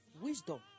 Wisdom